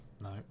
no